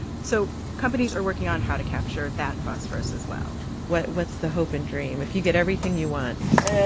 so companies are working on how to capture that phosphorus as well well what's the hope and dream if you get everything you want?